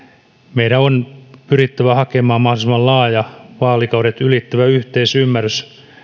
meidän on pyrittävä hakemaan mahdollisimman laaja vaalikaudet ylittävä yhteisymmärrys